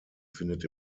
findet